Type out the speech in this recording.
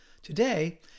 Today